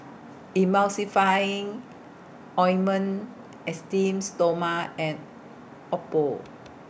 Emulsifying Ointment Esteem Stoma and Oppo